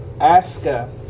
Aska